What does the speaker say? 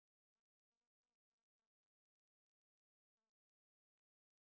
one two three four sets of um fours um